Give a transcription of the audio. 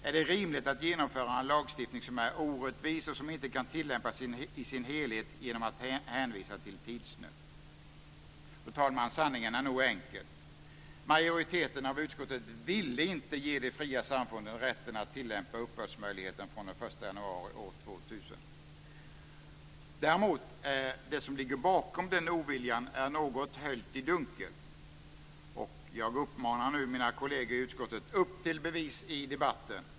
Är det rimligt att genomföra en lagstiftning som är orättvis och som inte kan tillämpas i sin helhet genom att hänvisa till tidsnöd? Fru talman! Sanningen är nog enkel. Majoriteten av utskottet ville inte ge de fria samfunden rätten att tillämpa uppbördsmöjligheten från den 1 januari år 2000. Däremot är det som ligger bakom den oviljan något höljt i dunkel. Jag uppmanar nu mina kolleger i utskottet: Upp till bevis i debatten!